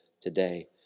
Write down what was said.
today